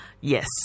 Yes